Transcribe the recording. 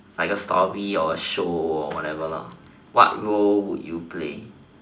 like a story or a show or whatever what role would you play